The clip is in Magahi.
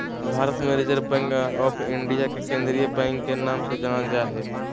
भारत मे रिजर्व बैंक आफ इन्डिया के केंद्रीय बैंक के नाम से जानल जा हय